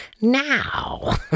Now